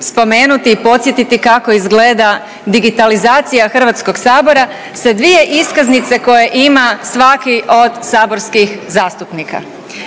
spomenuti i podsjetiti kako izgleda digitalizacija Hrvatskog sabora sa dvije iskaznice koje ima svaki od saborskih zastupnika.